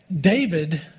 David